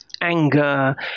anger